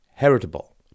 Heritable